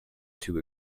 too